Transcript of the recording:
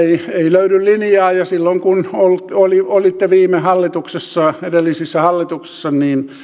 ei löydy linjaa ja kun olitte viime hallituksessa edellisissä hallituksissa